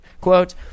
Quote